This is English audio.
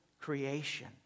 creation